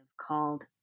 called